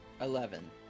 eleven